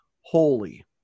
holy